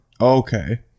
Okay